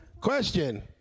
Question